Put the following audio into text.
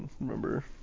Remember